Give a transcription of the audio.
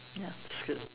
ya that's good